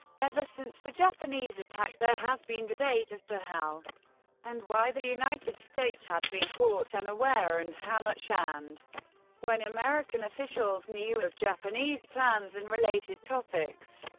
ever since the japanese attack, there has been debate as to how and why the united states had been caught unaware, and how much and when american officials knew of japanese plans and related topics.